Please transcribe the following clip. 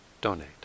donate